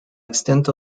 extent